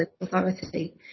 authority